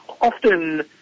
often